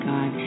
God